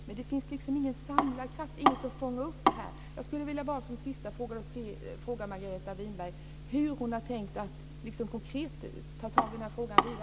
Men det finns ingen samlad kraft, ingen som fångar upp detta. Jag skulle till sist vilja fråga Margareta Winberg hur hon har tänkt att konkret ta tag i denna fråga.